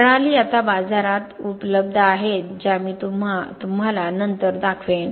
प्रणाली आता बाजारात इतर प्रणाली उपलब्ध आहेत ज्या मी तुम्हाला नंतर दाखवेन